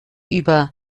über